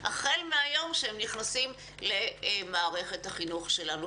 החל מהיום שהם נכנסים למערכת החינוך שלנו.